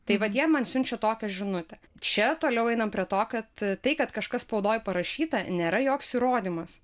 tai vat jie man siunčia tokią žinutę čia toliau einam prie to kad tai kad kažkas spaudoj parašyta nėra joks įrodymas